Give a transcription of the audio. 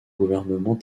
gouvernement